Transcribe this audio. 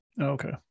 Okay